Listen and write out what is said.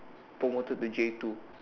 promoted to J two